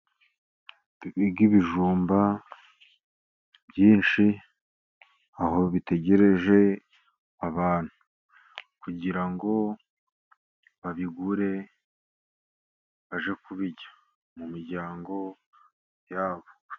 Mbega ibijumba byinshi! Aho bitegereje abantu, kugira ngo babigure bajye kubirya mu miryango yabo.